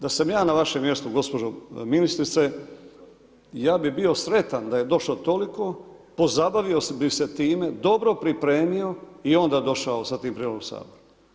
Da sam ja na vašem mjestu gospođo ministrice ja bih bio sretan da je došlo toliko, pozabavio bih se time, dobro pripremio i onda došao sa tim prijedlogom u Saboru.